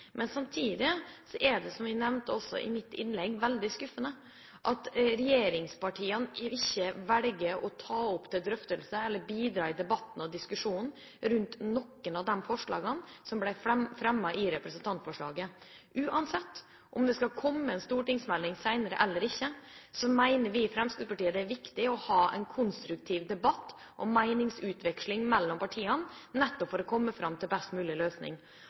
Men samtidig er det, som jeg også nevnte i mitt innlegg, veldig skuffende at regjeringspartiene ikke velger å ta opp til drøftelse eller bidra i debatten og diskusjonen rundt noen av de forslagene som blir fremmet i representantforslaget. Uansett om det skal komme en stortingsmelding senere eller ikke, mener vi i Fremskrittspartiet at det er viktig å ha en konstruktiv debatt og meningsutveksling mellom partiene, nettopp for å komme fram til best mulig